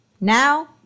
Now